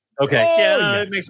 okay